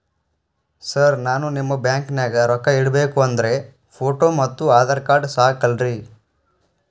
Sir ನಾನು ನಿಮ್ಮ ಬ್ಯಾಂಕನಾಗ ರೊಕ್ಕ ಇಡಬೇಕು ಅಂದ್ರೇ ಫೋಟೋ ಮತ್ತು ಆಧಾರ್ ಕಾರ್ಡ್ ಸಾಕ ಅಲ್ಲರೇ?